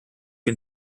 can